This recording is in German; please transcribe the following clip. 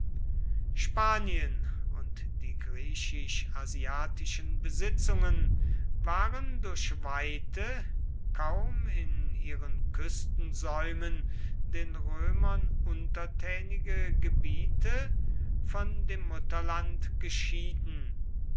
spanien und die griechisch asiatischen besitzungen waren durch weite kaum in ihren küstensäumen den römern untertänige gebiete von dem mutterland geschieden